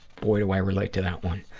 boy, do i relate to that one.